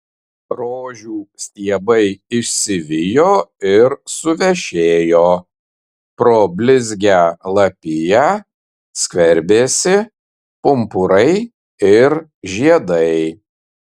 rožių stiebai išsivijo ir suvešėjo pro blizgią lapiją skverbėsi pumpurai ir žiedai